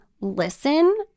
listen